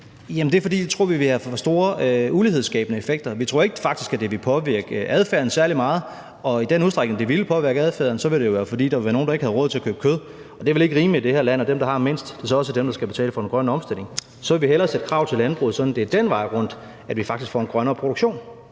ligge – er, at vi tror, det vil have for store ulighedsskabende effekter. Vi tror faktisk ikke, at det vil påvirke adfærden særlig meget, og i den udstrækning det ville påvirke adfærden, ville det jo være, fordi der ville være nogle, der ikke havde råd til at købe kød, og det er vel ikke rimeligt, at dem, der har mindst i det her land, også er dem, der skal betale for den grønne omstilling. Så vil vi hellere stille krav til landbruget, sådan at vi den vej rundt faktisk får en grønnere produktion.